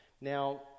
Now